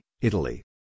Italy